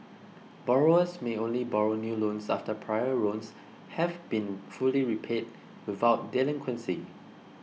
borrowers may only borrow new loans after prior loans have been fully repaid without delinquency